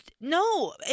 no